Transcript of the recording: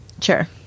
Sure